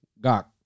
got